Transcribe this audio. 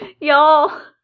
y'all